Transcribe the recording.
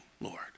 Lord